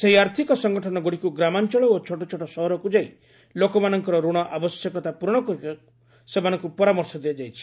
ସେହି ଆର୍ଥିକ ସଂଗଠନଗୁଡ଼ିକୁ ଗ୍ରାମାଞ୍ଚଳ ଓ ଛୋଟଛୋଟ ସହରକୁ ଯାଇ ଲୋକମାନଙ୍କର ଋଣ ଆବଶ୍ୟକତା ପ୍ରରଣ କରିବାକୁ ସେମାନଙ୍କୁ ପରାମର୍ଶ ଦିଆଯାଇଛି